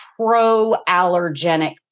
proallergenic